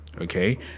okay